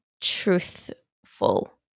truthful